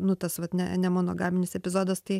nu tas vat ne nemonogaminis epizodas tai